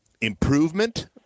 improvement